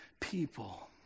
people